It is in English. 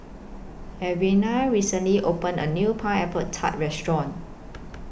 Alvena recently opened A New Pineapple Tart Restaurant